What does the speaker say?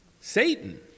satan